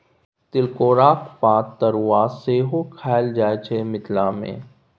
तिलकोराक पातक तरुआ सेहो खएल जाइ छै मिथिला मे